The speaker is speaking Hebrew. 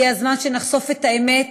הגיע הזמן שנחשוף את האמת,